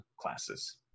classes